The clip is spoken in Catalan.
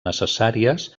necessàries